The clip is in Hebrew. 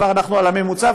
אנחנו כבר על הממוצע,